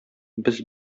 без